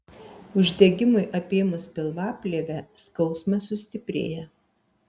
uždegimui apėmus pilvaplėvę skausmas sustiprėja